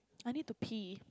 I need to pee